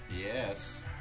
Yes